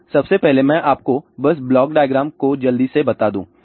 तो सबसे पहले मैं आपको बस ब्लॉक डायग्राम को जल्दी से बता दूं